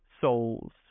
souls